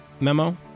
memo